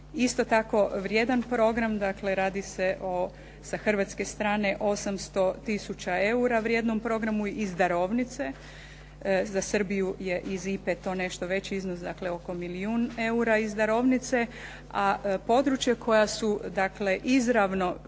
Isto tako, vrijedan program. Dakle, radi se o sa hrvatske strane 800000 eura vrijednom programu iz darovnice. Za Srbiju je iz IPA-e to nešto veći iznos, dakle oko milijun eura iz darovnice, a područja koja su dakle izravno